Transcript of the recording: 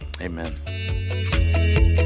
Amen